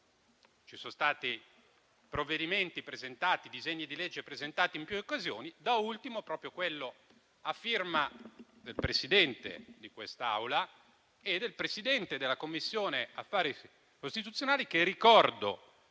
Vi sono stati disegni di legge presentati in più occasioni, da ultimo proprio quello a firma del Presidente di quest'Aula e del Presidente della Commissione affari costituzionali. Ricordo